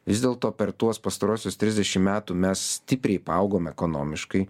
vis dėlto per tuos pastaruosius trisdešim metų mes stipriai paaugom ekonomiškai